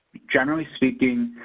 generally speaking,